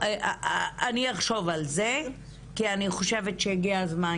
אני אחשוב על זה כי אני חושבת שהגיע הזמן,